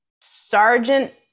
Sergeant